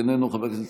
אינה נוכחת,